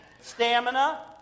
Stamina